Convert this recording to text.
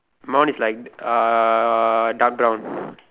my one is like uh dark brown